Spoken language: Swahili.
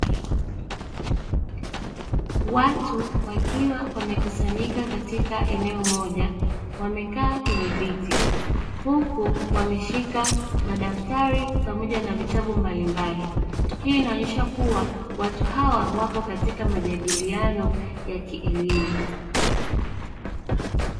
Watu wakiwa wamekusanyika katika eneo moja, wamekaa kwenye viti. Huku wameshika madaftari pamoja na vitabu mbalimbali. Hii inaonyesha kuwa, watu hawa wapo katika majadiliano ya kielimu.